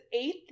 eighth